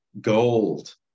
gold